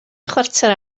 chwarter